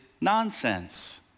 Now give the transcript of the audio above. nonsense